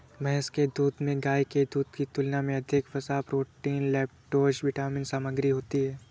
भैंस के दूध में गाय के दूध की तुलना में अधिक वसा, प्रोटीन, लैक्टोज विटामिन सामग्री होती है